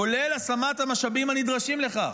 כולל השמת המשאבים הנדרשים לכך.